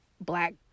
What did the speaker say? black